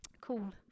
Cool